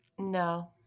No